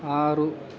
ಆರು